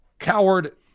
Coward